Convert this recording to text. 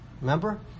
Remember